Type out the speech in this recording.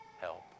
help